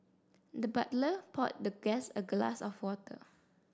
the butler poured the guest a glass of water